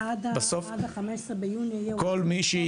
כל מי שהגיע --- עד ה-15 ביוני --- לא,